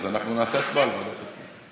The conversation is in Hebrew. אז נעשה הצבעה על ועדת הפנים.